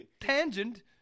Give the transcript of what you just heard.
tangent